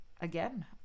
again